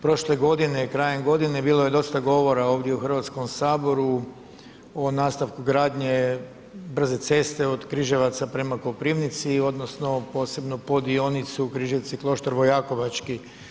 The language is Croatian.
Prošle godine, krajem godine, bilo je dosta govora ovdje u HS-u, o nastavku gradnje brze ceste od Križevaca prema Koprivnici, odnosno posebno po dionicu Križevci-Kloštar Vojakovački.